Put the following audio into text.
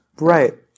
right